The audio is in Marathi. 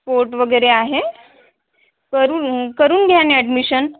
स्पोट वगैरे आहे करून करून घ्या ना ॲडमिशन